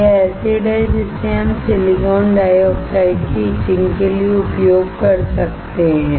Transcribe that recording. यह एसिडहै जिसे हम सिलिकॉन डाइऑक्साइड की इचिंग के लिए उपयोग कर सकते हैं